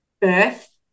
birth